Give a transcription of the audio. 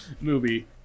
movie